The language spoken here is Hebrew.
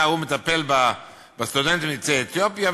הוא שמטפל בסטודנטים יוצאי אתיופיה,